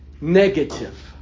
negative